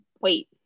Wait